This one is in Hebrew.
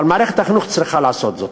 אבל מערכת החינוך צריכה לעשות זאת,